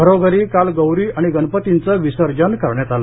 घरोघरी काल गौरी आणि गणपतींचं विसर्जन करण्यात आलं